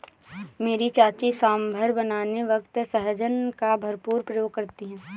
मेरी चाची सांभर बनाने वक्त सहजन का भरपूर प्रयोग करती है